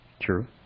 True